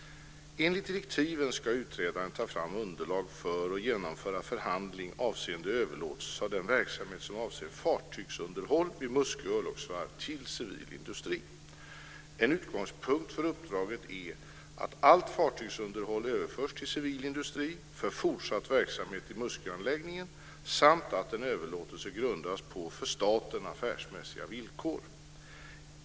Enligt direktiven ska utredaren ta fram underlag för och genomföra förhandling avseende överlåtelse av den verksamhet som avser fartygsunderhåll vid Muskö örlogsvarv till civil industri. En utgångspunkt för uppdraget är att allt fartygsunderhåll överförs till civil industri för fortsatt verksamhet i Musköanläggningen samt att en överlåtelse grundas på för staten affärsmässiga villkor.